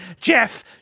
Jeff